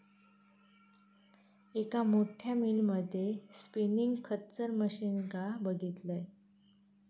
एक मोठ्या मिल मध्ये स्पिनींग खच्चर मशीनका बघितलंय